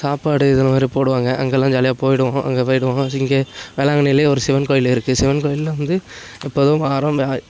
சாப்பாடு இதை மாதிரி போடுவாங்க அங்கெல்லாம் ஜாலியாக போயிடுவோம் அங்கே போயிடுவோம் இங்கே வேளாங்கண்ணிலேயே ஒரு சிவன் கோயில் இருக்குது சிவன் கோயிலில் வந்து இப்போ எதுவும் வாரம்